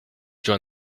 join